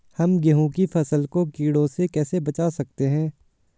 हम गेहूँ की फसल को कीड़ों से कैसे बचा सकते हैं?